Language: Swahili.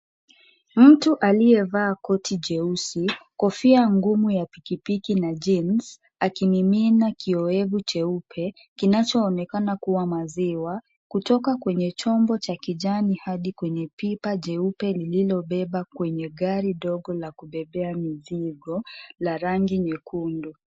Mtu aliye vaa koti jeusi, kofia ngumu ya pikipiki na (cs)jeans(cs), akimimina kioevu cheupe, kinacho onekana kuwa maziwa, kutoka kwenye chombo cha kijani hadi kwenye pipa jeupe lililo beba kwenye gari dogo la kubebea mizigo, la rangi nyekundu.